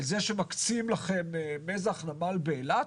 את זה שמקצים לכם מזח נמל באילת?